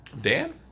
Dan